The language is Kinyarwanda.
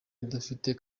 idafite